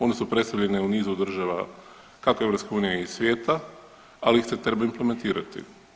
One su predstavljene u nizu država kako EU i svijeta, ali ih se treba implementirati.